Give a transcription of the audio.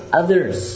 others